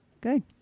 Good